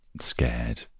scared